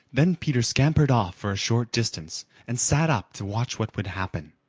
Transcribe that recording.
then peter scampered off for a short distance and sat up to watch what would happen.